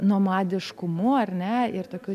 nomadiškumu ar ne ir tokių